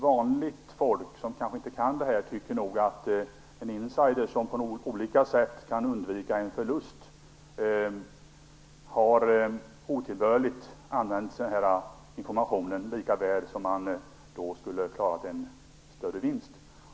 Vanligt folk, som kanske inte kan det här, tycker nog att en insider som på olika sätt har kunnat undvika en förlust har använt information på ett otillbörligt sätt lika väl som om han hade gjort en större vinst.